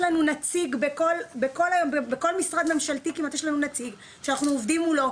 כמעט בכל משרד ממשלתי יש לנו נציג שאנחנו עובדים מולו,